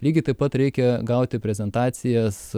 lygiai taip pat reikia gauti prezentacijas